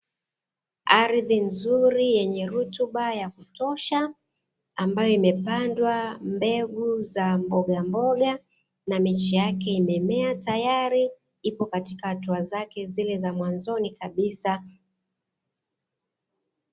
Ardhi nzuri yenye rutuba ya kutosha, ambayo imepandwa mbegu za mbogamboga, na miche yake imemea tayari ipo katika hatua zake zile za mwanzoni kabisa.